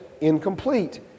incomplete